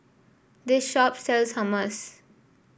this shop sells Hummus